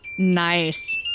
Nice